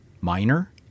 minor